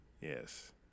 Yes